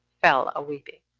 fell a weeping